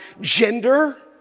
gender